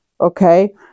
okay